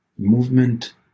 movement